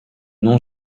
nom